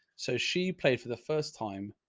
so she played for the first time,